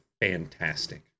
fantastic